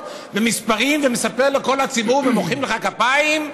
במספרים ומספר לכל הציבור ומוחאים לך כפיים.